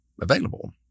available